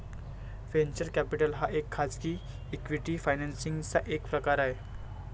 venture capital हा खाजगी equity financing चा एक प्रकार आहे